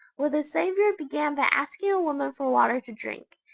where the saviour began by asking a woman for water to drink,